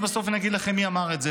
ובסוף אני אגיד לכם מי אמר את זה,